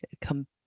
Come